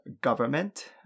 government